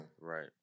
Right